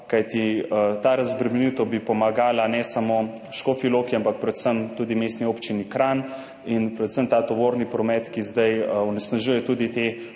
Kajti ta razbremenitev bi pomagala ne samo Škofji Loki, ampak predvsem tudi Mestni občini Kranj. Predvsem tovorni promet, ki zdaj onesnažuje tudi